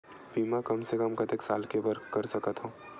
बीमा कम से कम कतेक साल के बर कर सकत हव?